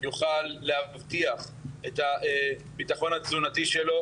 יוכל להבטיח את הביטחון התזונתי שלו.